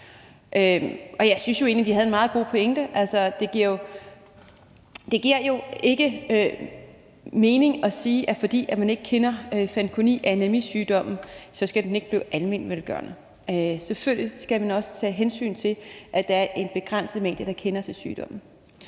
egentlig, de havde en meget god pointe. Altså, det giver jo ikke mening at sige, at fordi man ikke kender Fanconi Anæmi-sygdommen, så skal foreningen ikke blive almenvelgørende. Selvfølgelig skal man også tage hensyn til, at det er et begrænset antal, der kender til sygdommen.